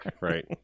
Right